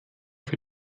für